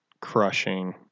crushing